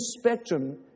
spectrum